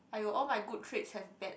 !aiyo! all my good traits have bad